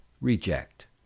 reject